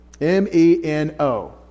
M-E-N-O